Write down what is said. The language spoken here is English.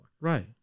Right